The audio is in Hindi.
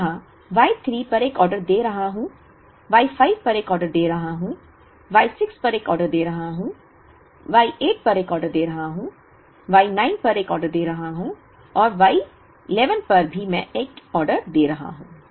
मैं यहां Y 3 पर एक ऑर्डर दे रहा हूं Y 5 पर एक ऑर्डर दे रहा हूं Y 6 पर एक ऑर्डर दे रहा हूं Y 8 पर एक ऑर्डर दे रहा हूं Y 9 पर एक ऑर्डर दे रहा हूं और मैं Y 11 पर एक ऑर्डर दे रहा हूं